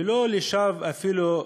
ולא לשווא,